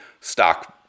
stock